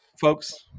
folks